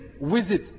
visit